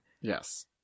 Yes